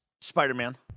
Spider-Man